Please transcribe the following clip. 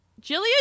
Jillian